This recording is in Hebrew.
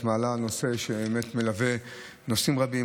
את מעלה נושא שבאמת מלווה נוסעים רבים.